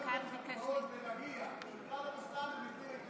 קרקעות בלקיה, לא מעיזים להתיישב שם.